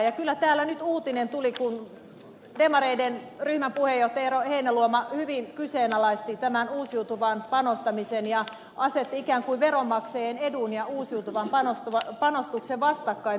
ja kyllä täällä nyt uutinen tuli kun demareiden ryhmäpuheenjohtaja eero heinäluoma hyvin kyseenalaisti tämän uusiutuvaan panostamisen ja asetti ikään kuin veronmaksajien edun ja uusiutuvaan panostuksen vastakkain